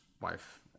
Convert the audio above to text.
wife